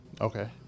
Okay